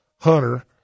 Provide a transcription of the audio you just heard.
hunter